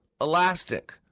elastic